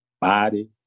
body